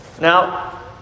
Now